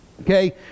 okay